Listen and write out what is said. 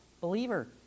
believer